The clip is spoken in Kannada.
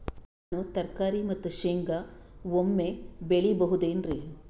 ನಾನು ತರಕಾರಿ ಮತ್ತು ಶೇಂಗಾ ಒಮ್ಮೆ ಬೆಳಿ ಬಹುದೆನರಿ?